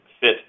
fit